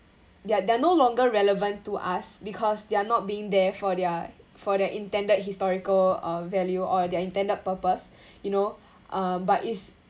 ya they are no longer relevant to us because they are not being there for their for their intended historical uh value or their intended purpose you know um but it's